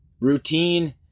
Routine